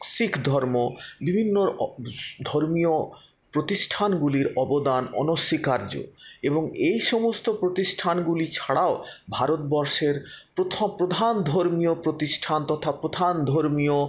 শিখ ধর্ম বিভিন্ন ধর্মীয় প্রতিষ্ঠানগুলির অবদান অনস্বীকার্য এবং এই সমস্ত প্রতিষ্ঠানগুলি ছাড়াও ভারতবর্ষের প্রধান ধর্মীয় প্রতিষ্ঠান তথা প্রধান ধর্মীয়